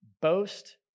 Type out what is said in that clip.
boast